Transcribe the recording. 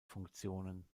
funktionen